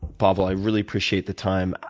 pavel. i really appreciate the time.